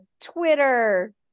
Twitter